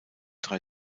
drei